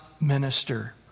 minister